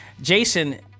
Jason